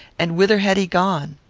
and whither had he gone?